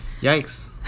yikes